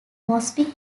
mosby